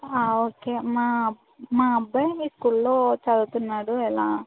okay మా మా అబ్బాయి మీ స్కూల్లో చదువుతున్నాడు ఎలా